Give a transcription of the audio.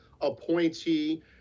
appointee